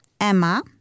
Emma